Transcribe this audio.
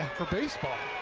for baseball.